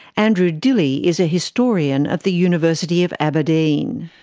andrew dilley is a historian at the university of aberdeen.